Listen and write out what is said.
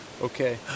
Okay